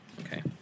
Okay